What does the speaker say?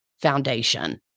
foundation